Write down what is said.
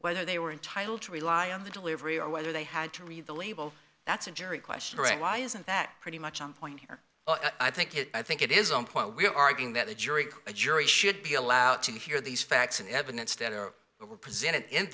whether they were entitled to rely on the delivery or whether they had to read the label that's a jury question right why isn't that pretty much on point here i think it i think it is on point we're arguing that the jury the jury should be allowed to hear these facts and evidence that were presented in